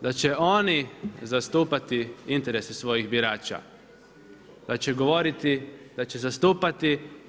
da će oni zastupati interese svojih birača, da će govoriti, da će zastupati.